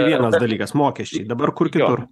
vienas dalykas mokesčiai dabar kur kitur